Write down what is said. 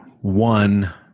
One